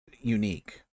unique